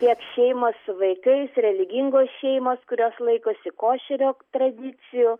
tiek šeimos su vaikais religingos šeimos kurios laikosi košerio tradicijų